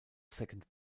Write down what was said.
second